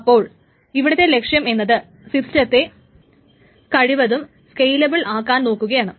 അപ്പോൾ ഇവിടത്തെ ലക്ഷ്യം എന്നത് സിസ്റ്റത്തെ കഴിവതും സ്കേയിലബിൾ ആക്കാൻ നോക്കുകയാണ്